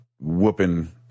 whooping –